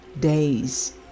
days